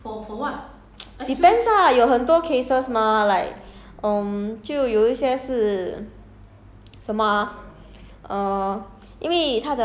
then ya lor depends lah 有很多 cases mah like um 就有一些是